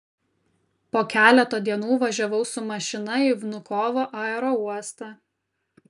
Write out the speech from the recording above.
po keleto dienų važiavau su mašina į vnukovo aerouostą